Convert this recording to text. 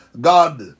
God